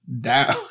down